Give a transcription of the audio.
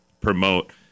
promote